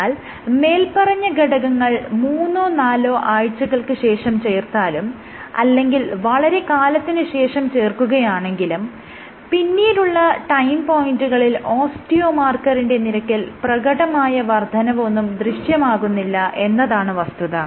എന്നാൽ മേല്പറഞ്ഞ ഘടകങ്ങൾ മൂന്നോ നാലോ ആഴ്ചകൾക്ക് ശേഷം ചേർത്താലും അല്ലെങ്കിൽ വളരെക്കാലത്തിനുശേഷം ചേർക്കുകയാണെങ്കിലും പിന്നീടുള്ള ടൈം പോയിന്റുകളിൽ ഓസ്റ്റിയോ മാർക്കറിന്റെ നിരക്കിൽ പ്രകടമായ വർദ്ധനവൊന്നും ദൃശ്യമാകുന്നില്ല എന്നതാണ് വസ്തുത